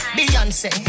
Beyonce